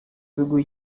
biguha